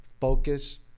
Focus